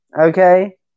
Okay